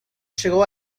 llegó